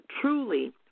truly